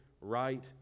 right